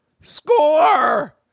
score